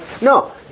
No